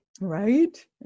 Right